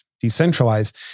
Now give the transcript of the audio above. decentralized